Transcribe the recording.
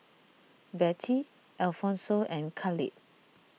Bettye Alphonso and Khalid